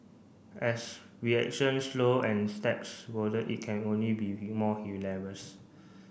as reactions slow and steps it can only be more hilarious